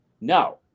no